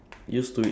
ya